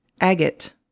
Agate